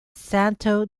santo